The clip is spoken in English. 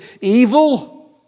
evil